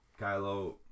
Kylo